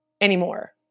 anymore